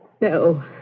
no